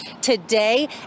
today